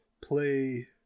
play